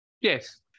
Yes